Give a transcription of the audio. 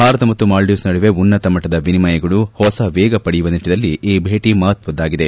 ಭಾರತ ಮತ್ತು ಮಾಲ್ಲೀವ್ಸ್ ನಡುವೆ ಉನ್ನತಮಟ್ಲದ ವಿನಿಮಯಗಳು ಹೊಸ ವೇಗ ಪಡೆಯುವ ನಿಟ್ಲನಲ್ಲಿ ಈ ಭೇಟ ಮಹತ್ತದ್ದಾಗಿದೆ